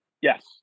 Yes